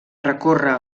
recórrer